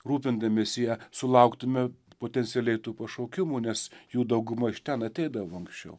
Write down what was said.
rūpindamiesi ja sulauktume potencialiai tų pašaukimų nes jų dauguma iš ten ateidavo anksčiau